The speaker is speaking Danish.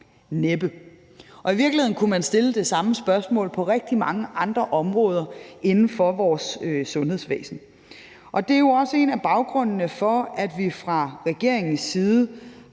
Næppe. I virkeligheden kunne man stille det samme spørgsmål på rigtig mange andre områder inden for vores sundhedsvæsen, og det er jo også en af baggrundene for, at vi fra regeringens side